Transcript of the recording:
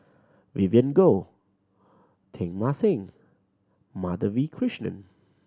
Vivien Goh Teng Mah Seng Madhavi Krishnan